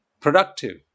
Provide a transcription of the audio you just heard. Productive